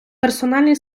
персональний